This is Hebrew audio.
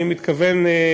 אני מתכוון,